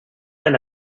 and